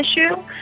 issue